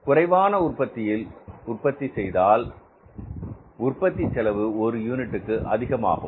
குறைவான தொகுதியில் உற்பத்தி செய்தால் உற்பத்தி செலவு ஒரு யூனிட்டுக்கு அதிகமாகும்